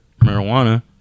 marijuana